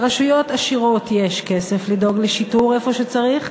לרשויות עשירות יש כסף לדאוג לשיטור איפה שצריך,